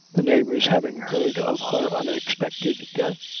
the neighbors having heard of her unexpected death,